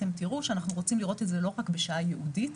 אתם תראו שאנחנו רוצים לראות את זה לא רק בשעה ייעודית,